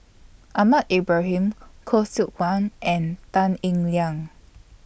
Ahmad Ibrahim Khoo Seok Wan and Tan Eng Liang